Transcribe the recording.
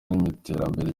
n’iterambere